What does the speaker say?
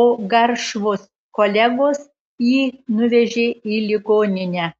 o garšvos kolegos jį nuvežė į ligoninę